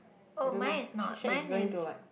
oh mine is not mine is